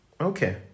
Okay